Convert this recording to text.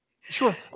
Sure